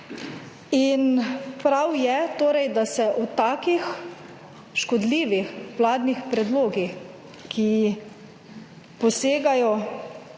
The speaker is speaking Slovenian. je torej, da se o takih škodljivih vladnih predlogih, ki posegajo